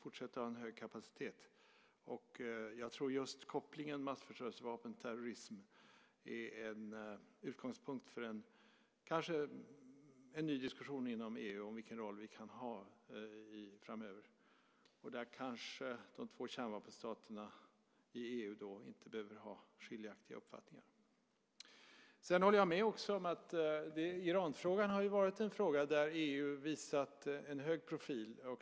Jag tror att just kopplingen mellan massförstörelsevapen och terrorism är en utgångspunkt för en kanske ny diskussion inom EU om vilken roll vi kan ha framöver. Där kanske de två kärnvapenstaterna i EU inte behöver ha skiljaktiga uppfattningar. Jag håller med om att Iranfrågan har varit en fråga där EU har visat en hög profil.